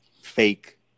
fake